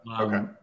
Okay